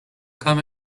come